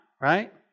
right